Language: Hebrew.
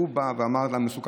והוא בא ואמר על המסוכנות.